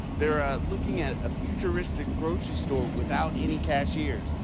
they are looking at a futuristic grocer store without any cashiers.